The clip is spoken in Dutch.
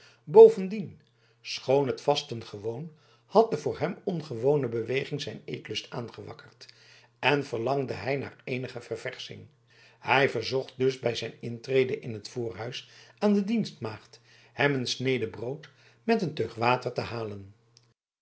bovendien schoon het vasten gewoon had de voor hem ongewone beweging zijn eetlust aangewakkerd en verlangde hij naar eenige verversching hij verzocht dus bij zijn intrede in het voorhuis aan de dienstmaagd hem een snede brood met een teug water te halen